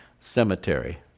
cemetery